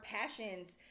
passions